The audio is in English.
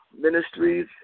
Ministries